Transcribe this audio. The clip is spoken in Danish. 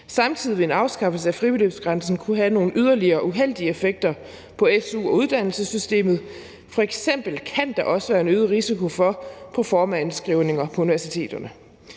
Samtidig vil en afskaffelse af fribeløbsgrænsen kunne have nogle yderligere, uheldige effekter på su- og uddannelsessystemet. F.eks. kan der også være en øget risiko for proformaindskrivninger på universiteterne.